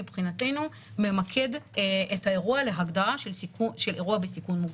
מבחינתנו ממקד את האירוע להגדרה של אירוע בסיכון מוגבר,